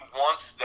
wants